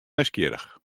nijsgjirrich